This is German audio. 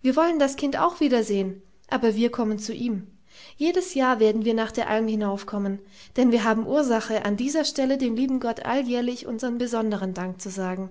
wir wollen das kind auch wiedersehen aber wir kommen zu ihm jedes jahr werden wir nach der alm hinaufkommen denn wir haben ursache an dieser stelle dem lieben gott alljährlich unseren besonderen dank zu sagen